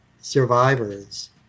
survivors